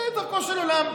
זו דרכו של עולם.